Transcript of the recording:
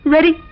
Ready